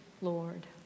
Lord